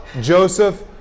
Joseph